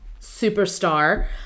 superstar